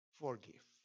forgive